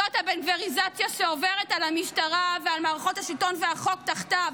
זאת הבן-גביריזציה שעוברת על המשטרה ועל מערכות השלטון והחוק תחתיו.